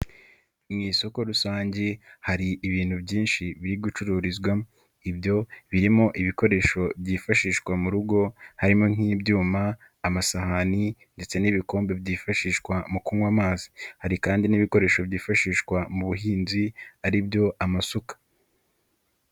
Mu isoko rusange hari ibintu byinshi biri gucururizwamo, ibyo birimo ibikoresho byifashishwa mu rugo harimo: nk'ibyuma, amasahani ndetse n'ibikombe byifashishwa mu kunywa amazi, hari kandi n'ibikoresho byifashishwa mu buhinzi ari byo amasuka.